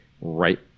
right